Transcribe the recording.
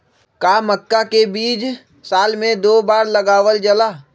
का मक्का के बीज साल में दो बार लगावल जला?